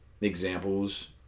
examples